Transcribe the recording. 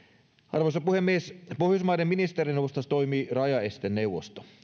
arvoisa puhemies pohjoismaiden ministerineuvostossa toimii rajaesteneuvosto